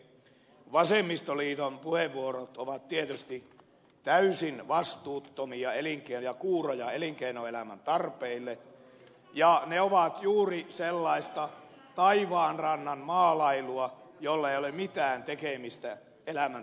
vasemmistoliiton puheenvuorot ovat tietysti täysin vastuuttomia ja kuuroja elinkeinoelämän tarpeille ja ne ovat juuri sellaista taivaanrannan maalailua jolla ei ole mitään tekemistä elämän todellisuuden kanssa